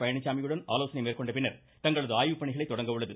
பழனிச்சாமியுடன் ஆலோசனை மேற்கொண்டபிறகு தங்களது ஆய்வுப்பணிகளை தொடங்க உள்ளது